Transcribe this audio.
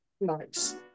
Nice